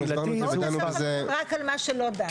בואו נעשה רק על מה שלא דנו.